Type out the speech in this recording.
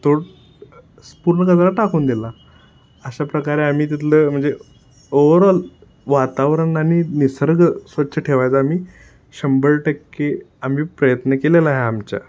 तो पूर्ण कचरा टाकून दिला अशा प्रकारे आम्ही तिथलं म्हणजे ओवरऑल वातावरण आणि निसर्ग स्वच्छ ठेवायचा आम्ही शंभर टक्के आम्ही प्रयत्न केलेलं आहे आमच्या